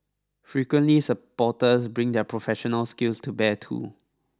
frequently supporters bring their professional skills to bear too